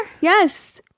yes